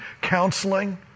counseling